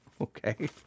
Okay